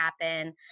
happen